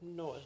no